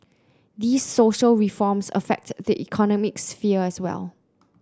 these social reforms affect the economic sphere as well